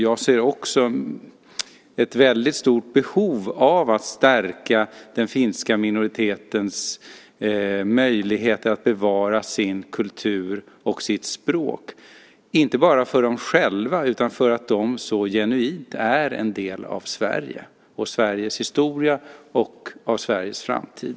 Jag ser ett stort behov av att stärka den finska minoritetens möjligheter att bevara sin kultur och sitt språk, inte bara för dem själva utan för att de så genuint är en del av Sverige, Sveriges historia och Sveriges framtid.